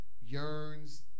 yearns